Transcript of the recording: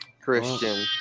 Christian